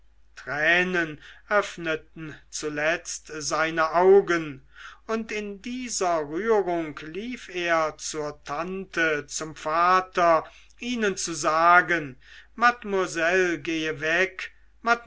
tränen öffneten zuletzt seine augen und in dieser rührung lief er zur tante zum vater ihnen zu sagen mademoiselle gehe weg